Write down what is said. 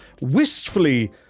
wistfully